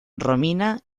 romina